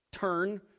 turn